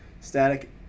Static